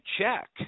check